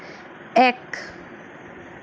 এক